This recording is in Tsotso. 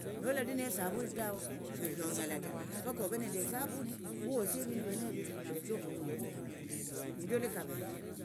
Nolali nesavuni tawe sho shonyola ta paka ove nende esavuni khuwosie evindu vienevi vileshe okhuhunya nindio likavere.